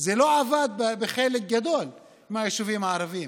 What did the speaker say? זה לא עבד בחלק גדול מהיישובים הערביים.